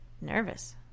nervous